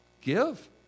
Give